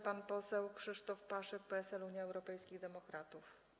Pan poseł Krzysztof Paszyk, PSL - Unia Europejskich Demokratów.